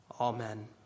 Amen